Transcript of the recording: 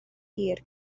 hir